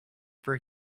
for